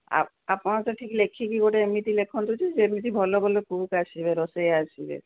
ଆପଣ ତ ଠିକ୍ ଲେଖିକି ଗୋଟେ ଏମିତି ଲେଖନ୍ତୁ ଯେ ଏମିତି ଭଲ ଭଲ କୁକ୍ ଆସିବେ ରୋଷେଇଆ ଆସିବେ